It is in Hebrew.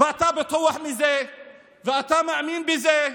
ואתה בטוח בזה ואתה מאמין בזה,